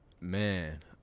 Man